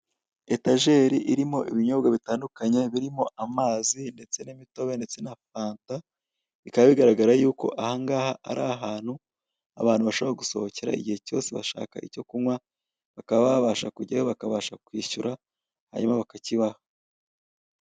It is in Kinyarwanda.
Etajeri irimo ibinyobwa bitandukanye birimo amazi ndetse n'imitobe ndetse na fanta, bikaba bigaragara yuko aha ngaha ari ahantu abantu bashobora gusohokera igihe cyose bashaka icyo kunywa, bakaba babasha kujyayo bakabasha kwishyura, hanyuma bakakibaha.